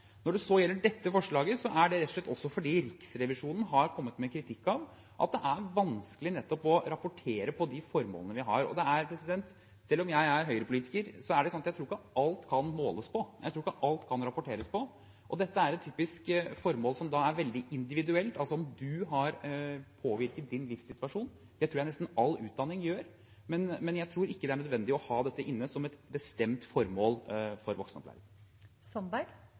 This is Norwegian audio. Når det så gjelder dette forslaget, er det rett og slett også fordi Riksrevisjonen har kommet med kritikk av at det er vanskelig å rapportere på de formålene vi har. Selv om jeg er Høyre-politiker, er det ikke sånn at jeg tror at alt kan måles, jeg tror ikke alt kan rapporteres på. Dette er et typisk formål som er veldig individuelt, altså om man har påvirket sin egen livssituasjon. Det tror jeg nesten all utdanning gjør, men jeg tror ikke det er nødvendig å ha dette inne som et bestemt formål for